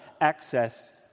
access